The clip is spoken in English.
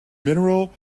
mineral